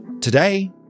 Today